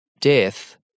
Death